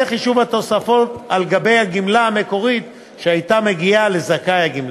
חישוב התוספות על גבי הגמלה המקורית שהייתה מגיעה לזכאי הגמלה.